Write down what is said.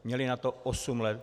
Měli na to osm let.